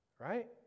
right